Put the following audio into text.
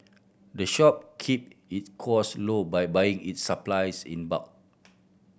the shop keep its cost low by buying its supplies in bulk